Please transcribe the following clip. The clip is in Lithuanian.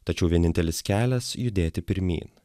tačiau vienintelis kelias judėti pirmyn